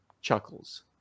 chuckles